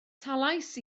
talais